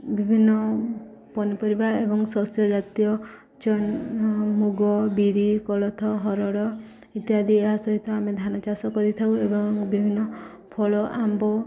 ବିଭିନ୍ନ ପନିପରିବା ଏବଂ ଶସ୍ୟ ଜାତୀୟ ମୁଗ ବିରି କୋଳଥ ହରଡ଼ ଇତ୍ୟାଦି ଏହା ସହିତ ଆମେ ଧାନ ଚାଷ କରିଥାଉ ଏବଂ ବିଭିନ୍ନ ଫଳ ଆମ୍ବ